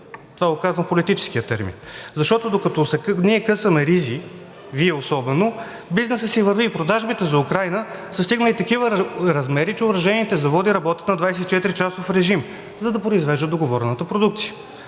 Това го казвам в политическия термин, защото, докато ние късаме ризи – Вие особено, бизнесът си върви и продажбите за Украйна са стигнали такива размери, че оръжейните заводи работят на 24-часов режим, за да произвеждат договорената продукция.